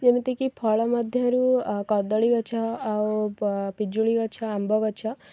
ଯେମିତିକି ଫଳ ମଧ୍ୟରୁ ଅ କଦଳୀ ଗଛ ଆଉ ପିଜୁଳିଗଛ ଆମ୍ବଗଛ